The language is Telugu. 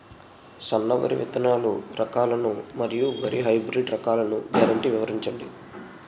సన్న వరి విత్తనాలు రకాలను మరియు వరి హైబ్రిడ్ రకాలను గ్యారంటీ వివరించండి?